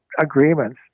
agreements